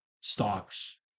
stocks